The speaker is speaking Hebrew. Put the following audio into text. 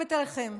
מרחמת עליכם.